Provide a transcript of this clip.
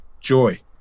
joy